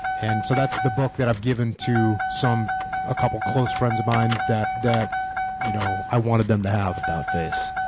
and so that's the book that i've given to a ah couple close friends of mine that that you know i wanted them to have. about face.